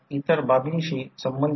85 lagging आहे जे I2 आहे